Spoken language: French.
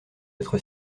être